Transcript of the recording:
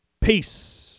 Peace